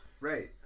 Right